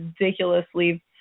ridiculously